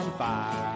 five